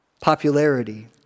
popularity